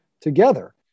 together